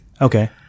Okay